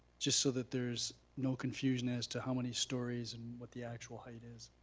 just so that there's no confusion as to how many stories and what the actual height is.